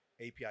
API